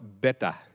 better